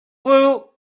woot